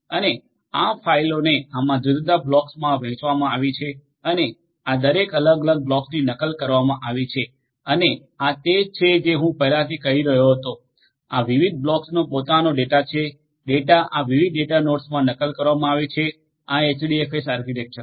અને આ ફાઇલોને આમાં જુદા જુદા બ્લોક્સમાં વહેંચવામાં આવી છે અને આ દરેક અલગ અલગ બ્લોક્સની નકલ કરવામાં આવી છે અને આ તે જ છે જે હું તમને પહેલા કહી રહ્યો હતો આ વિવિધ બ્લોક્સનો પોતાનો ડેટા છે ડેટા આ વિવિધ ડેટાનાોડ્સમાં નકલ કરવામાં આવે છે આ એચડીએફએસ આર્કિટેક્ચરમા